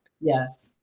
Yes